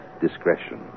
discretion